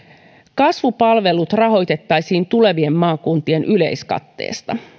kasvupalvelut rahoitettaisiin tulevien maakuntien yleiskatteesta